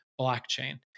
blockchain